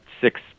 six